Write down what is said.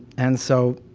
and so